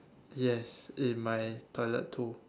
yes in my toilet too